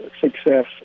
success